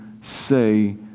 say